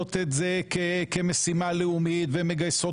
שרואות את זה כמשימה לאומית ומגייסות